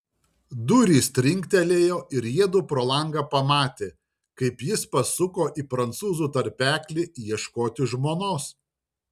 durys trinktelėjo ir jiedu pro langą pamatė kaip jis pasuko į prancūzų tarpeklį ieškoti žmonos